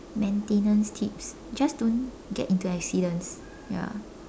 maintenance tips just don't get into accidents ya